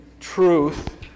truth